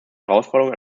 herausforderung